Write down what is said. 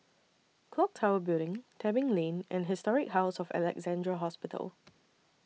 Clock Tower Building Tebing Lane and Historic House of Alexandra Hospital